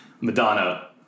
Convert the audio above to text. Madonna